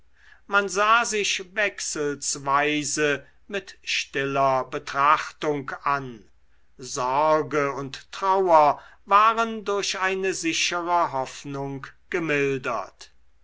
man sah sich wechselsweise mit stiller betrachtung an sorge und trauer waren durch eine sichere hoffnung gemildert